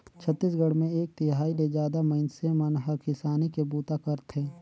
छत्तीसगढ़ मे एक तिहाई ले जादा मइनसे मन हर किसानी के बूता करथे